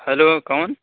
hello جی کون